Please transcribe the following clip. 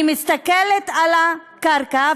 אני מסתכלת על הקרקע,